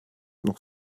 noch